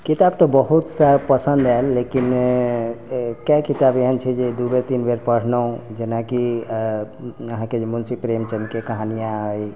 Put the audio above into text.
किताब तऽ बहुत सारा पसन्द आयल लेकिन कतेक किताब एहन छै जे दू बेर तीन बेर पढ़लहुॅं जेनाकि अहाँके जे मुंशी प्रेमचंद के कहानियाँ अय